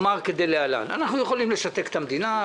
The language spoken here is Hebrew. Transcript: אנחנו יכולים לשתק את המדינה.